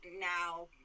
now